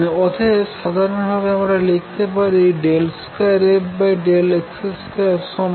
অতএব সাধারন ভাবে আমরা লিখতে পারি 2fx21v22ft2